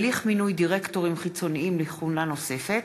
(הליך מינוי דירקטורים חיצוניים לכהונה נוספת),